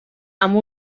amb